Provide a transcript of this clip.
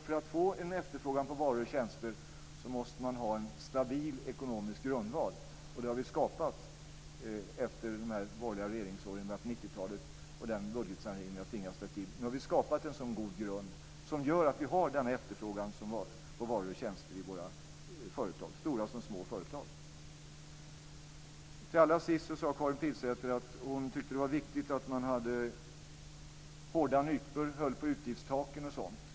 För att få en efterfrågan på varor och tjänster måste man ha en stabil ekonomisk grundval - och det har vi skapat efter de borgerliga regeringsåren i början av 90-talet och den budgetsanering vi har tvingats ta till. Nu har vi skapat en sådan god grund som gör att vi har denna efterfrågan på varor och tjänster i våra företag - stora som små. Karin Pilsäter sade att hon tyckte att det var viktigt att man har hårda nypor, håller på utgiftstaken osv.